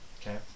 okay